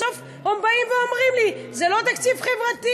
בסוף עוד באים ואומרים לי "זה לא תקציב חברתי"?